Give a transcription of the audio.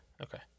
okay